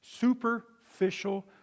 Superficial